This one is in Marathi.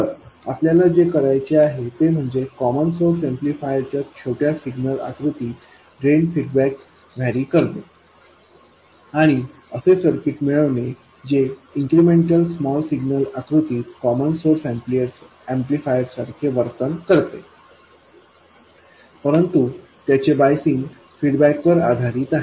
तर आपल्याला जे करायचे आहे ते म्हणजे कॉमन सोर्स ऍम्प्लिफायरच्या छोट्या सिग्नल आकृतीत ड्रेन फीडबॅक वेरी करणे आणि असे सर्किट मिळवणे जे इन्क्रिमेंटल स्मॉल सिग्नल आकृतीत कॉमन सोर्स ऍम्प्लिफायर सारखे वर्तन करते परंतु त्याचे बायसिंग फीडबॅक वर आधारित आहे